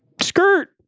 skirt